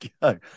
go